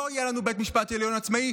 לא יהיה לנו בית משפט עליון עצמאי,